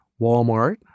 Walmart